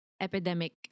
epidemic